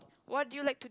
what do you like to